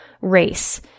race